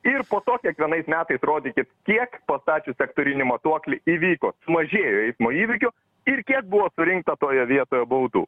ir po to kiekvienais metais rodykit kiek pastačius sektorinį matuoklį įvyko sumažėjo eismo įvykių ir kiek buvo surinkta toje vietoje būtų